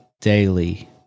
daily